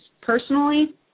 personally